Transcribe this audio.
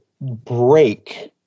break